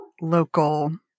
local